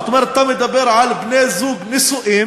זאת אומרת, אתה מדבר על בני-זוג נשואים